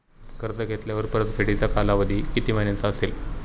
कर्ज घेतल्यावर परतफेडीचा कालावधी किती महिन्यांचा असेल?